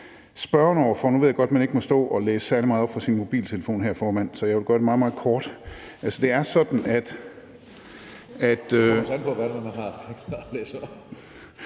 spørgende over for, og nu ved jeg godt, at man ikke må stå og læse særlig meget op fra sin mobiltelefon her, formand, så jeg vil gøre det meget, meget kort. (Tredje næstformand